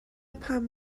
pam